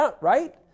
right